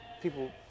people